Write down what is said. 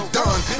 done